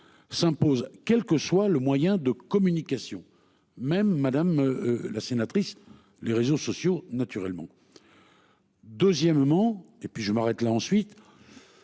s'impose, quel que soit le moyen de communication. Même madame la sénatrice. Les réseaux sociaux naturellement. Deuxièmement et puis je m'arrête là, ensuite.